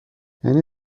یعنی